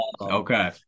Okay